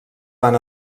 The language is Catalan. van